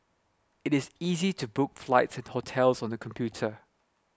it is easy to book flights and hotels on the computer